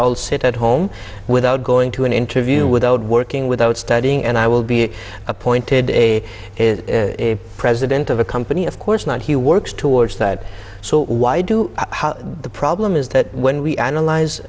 all sit at home without going to an interview without working without studying and i will be appointed a is a president of a company of course not he works towards that so why do the problem is that when we analyze